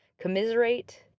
Commiserate